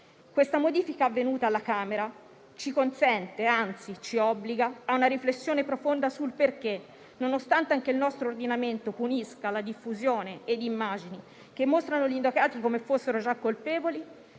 Questa modifica avvenuta alla Camera ci consente e, anzi, ci obbliga a una riflessione profonda sul perché, nonostante anche il nostro ordinamento punisca la diffusione di immagini che mostrano gli indagati come fossero già colpevoli,